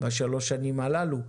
בשלוש שנים הללו,